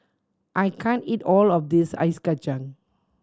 I can't eat all of this ice kacang